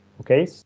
Okay